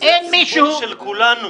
-- זה ציבור של כולנו.